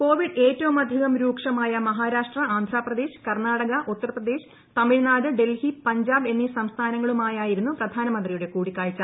Covid ഏറ്റവുമധികം രൂക്ഷമായ മഹാരാഷ്ട്ര ആന്ധ്രാപ്രദേശ് കർണാടക ഉത്തർപ്രദേശ് തമിഴ്നാട് ഡൽഹി പഞ്ചാബ് എന്നീ സംസ്ഥാനങ്ങളുമായായിരുന്നു പ്രധാനമന്ത്രിയുടെ കൂടിക്കാഴ്ച